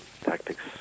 Tactics